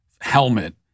helmet